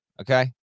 okay